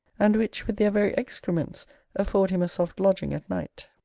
and which with their very excrements afford him a soft lodging at night.